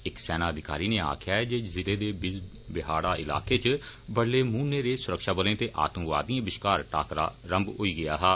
इक सेना अधिकारी नै आक्खेया जे जिले दे बिजबिहाड़ा इलाकें इच बडडलै मुंह न्हेरे सुरक्षाबलें ते आतंकवादिएं बश्कार टाकरा रम्म होई गेआ हा